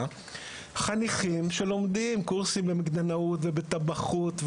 חניכים שלומדים קורסים במגדנאות ובטבחות,